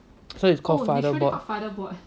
so it's called father board